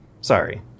Sorry